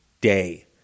day